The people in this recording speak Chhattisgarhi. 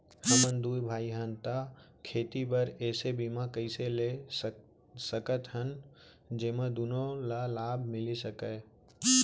हमन दू भाई हन ता खेती बर ऐसे बीमा कइसे ले सकत हन जेमा दूनो ला लाभ मिलिस सकए?